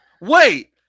Wait